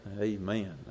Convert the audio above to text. Amen